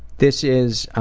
this is